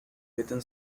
within